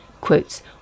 Quotes